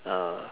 err